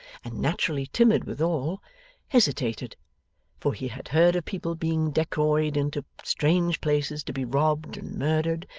and naturally timid withal, hesitated for he had heard of people being decoyed into strange places to be robbed and murdered,